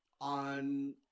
On